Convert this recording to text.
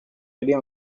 aller